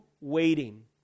waiting